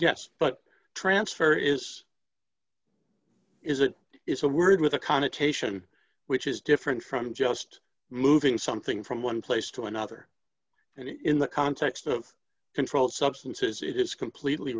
yes but transfer is is it is a word with a connotation which is different from just moving something from one place to another and in the context of controlled substances it is completely